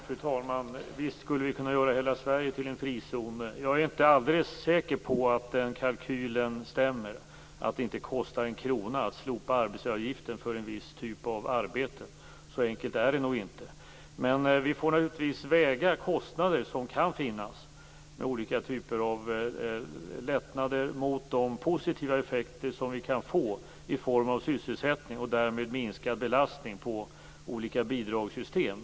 Fru talman! Visst skulle vi kunna göra hela Sverige till en frizon. Jag är inte alldeles säker på att kalkylen stämmer, dvs. att det inte skulle kosta en krona att slopa arbetsgivaravgiften för en viss typ av arbete. Så enkelt är det nog inte. Vi får naturligtvis väga kostnader som kan finnas för olika typer av lättnader mot de positiva effekter som vi kan få i form av sysselsättning och därmed minskad belastning på olika bidragssystem.